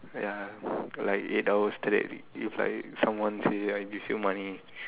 ya like eight hours straight if like someone say I give you money